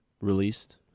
released